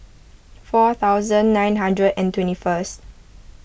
four thousand nine hundred and twenty first